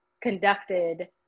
conducted